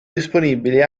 disponibili